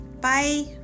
Bye